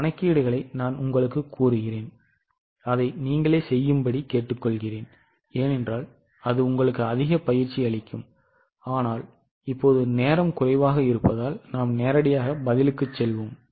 கணக்கீடுகளை நான் உங்களுக்குக் கூறுகிறேன் அதை நீங்களே கேட்டுக்கொள்கிறேன் ஏனென்றால் அது உங்களுக்கு அதிக பயிற்சி அளிக்கும் ஆனால் இப்போது நேரம் குறைவாக இருப்பதால் நாம் நேரடியாக பதிலுக்கு செல்வோம்